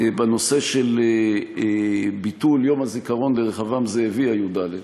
בנושא של ביטול יום הזיכרון לרחבעם זאבי הי"ד,